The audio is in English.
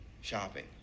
shopping